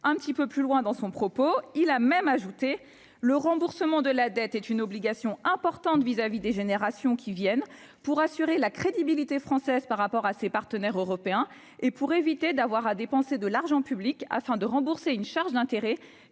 déficit public et de la dette publique » et que « le remboursement de la dette est une obligation impérative vis-à-vis des générations qui viennent, pour assurer la crédibilité française par rapport à ses partenaires européens et pour éviter d'avoir à dépenser de l'argent public afin de rembourser une charge d'intérêt